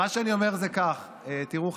מה שאני אומר זה כך: תראו,